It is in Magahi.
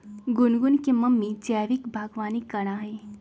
गुनगुन के मम्मी जैविक बागवानी करा हई